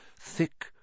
Thick